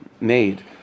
made